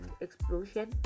explosion